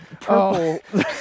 purple